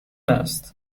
است